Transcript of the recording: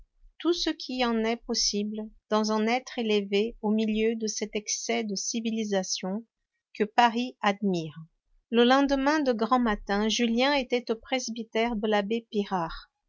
tout ce qui en est possible dans un être élevé au milieu de cet excès de civilisation que paris admire le lendemain de grand matin julien était au presbytère de l'abbé pirard